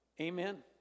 Amen